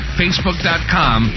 facebook.com